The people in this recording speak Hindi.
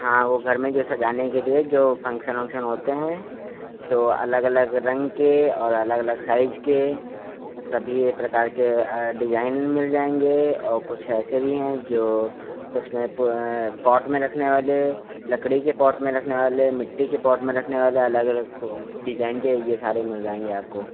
हाँ वह घर में जो सजाने के लिए जो फ़ंक्शन ओंक्शन होते हैं तो अलग अलग रंग के और अलग अलग साइज के सभी यह प्रकार के डिजाइन भी मिल जाएँगे और कुछ ऐसे भी हैं जो उसमें पॉट में रखने वाले लकड़ी के पॉट में रखने वाले मिट्टी के पॉट में रखने वाले अलग अलग डिजाइन के यह सारे मिल जाएँगे आपको